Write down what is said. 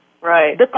Right